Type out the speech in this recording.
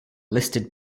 listed